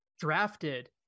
Drafted